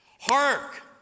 Hark